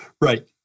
Right